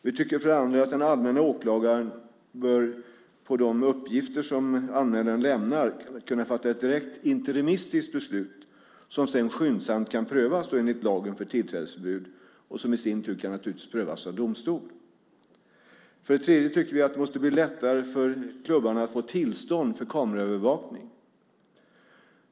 Vi tycker för det andra att den allmänna åklagaren, på de uppgifter som anmälaren lämnar, bör kunna fatta ett direkt interimistiskt beslut som sedan skyndsamt kan prövas enligt lagen om tillträdesförbud och som i sin tur kan prövas av domstol. För det tredje tycker vi att det måste bli lättare för klubbarna att få tillstånd för kameraövervakning.